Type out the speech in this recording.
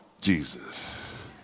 Jesus